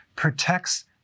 Protects